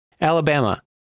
alabama